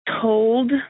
told